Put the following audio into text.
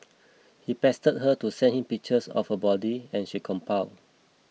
he pestered her to send him pictures of her body and she complied